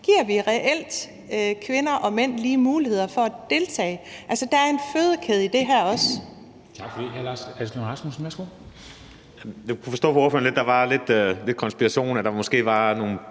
Giver vi reelt kvinder og mænd lige muligheder for at deltage? Altså, der er også en fødekæde i det her.